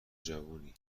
جوونی